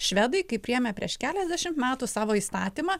švedai kai priėmė prieš keliasdešimt metų savo įstatymą